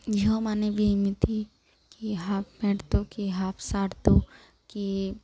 ଝିଅମାନେ ବି ଏମିତି କିଏ ହାଫ୍ ପ୍ୟାଣ୍ଟ ତ କିଏ ହାଫ୍ ସାର୍ଟ ତ କିଏ